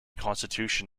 constitution